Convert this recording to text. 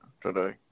today